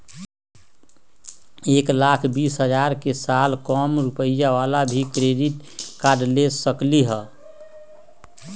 एक लाख बीस हजार के साल कम रुपयावाला भी क्रेडिट कार्ड ले सकली ह?